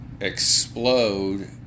explode